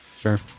Sure